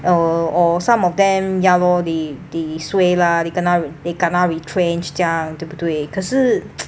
uh or some of them ya lor they they suay lah they kena they kena retrenched 这样对不对可是